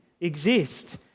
exist